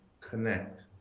connect